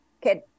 kid